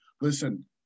listen